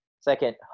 second